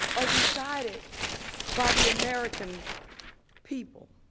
are decided by the american people.